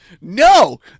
No